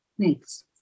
Thanks